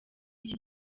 iki